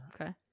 Okay